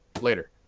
Later